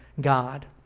God